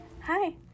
Hi